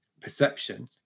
perception